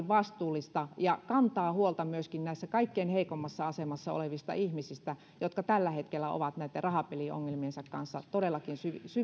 vastuullista ja kantaa huolta myöskin näistä kaikkein heikoimmassa asemassa olevista ihmisistä jotka tällä hetkellä ovat rahapeliongelmiensa kanssa todellakin